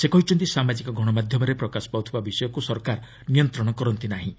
ସେ କହିଛନ୍ତି ସାମାଜିକ ଗଣମାଧ୍ୟମରେ ପ୍ରକାଶ ପାଉଥିବା ବିଷୟକୃ ସରକାର ନିୟନ୍ତ୍ରଣ କରନ୍ତି ନାହିଁ